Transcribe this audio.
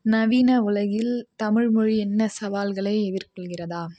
நவீன உலகில் தமிழ்மொழி என்ன சவால்களை எதிர்கொள்கிறது